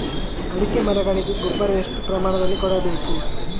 ಅಡಿಕೆ ಮರಗಳಿಗೆ ಗೊಬ್ಬರ ಎಷ್ಟು ಪ್ರಮಾಣದಲ್ಲಿ ಕೊಡಬೇಕು?